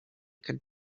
could